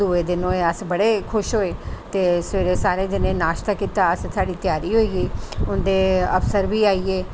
दूए दिन अस बडे़ खुश होऐ ते सवेरे सारे जने नाश्ता कीता असें सारे दी त्यारी होई गेई हून ते अफसर बी आई गे